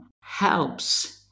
helps